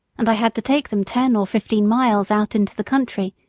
and i had to take them ten or fifteen miles out into the country,